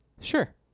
sure